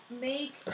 make